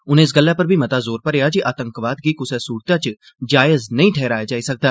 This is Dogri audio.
उनें इस गल्ला उप्पर बी मता जोर भरेआ जे आतंकवाद गी कुसै सूरत च जायज नेई ठहराया जाई सकदा